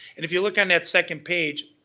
if you look on that second page,